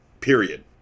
Period